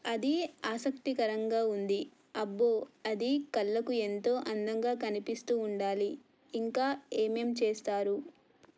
అది ఆసక్తికరంగా ఉంది అబ్బో అది కళ్ళకు ఎంతో అందంగా కనిపిస్తూ ఉండాలి ఇంకా ఏమేం చేస్తారు